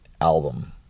album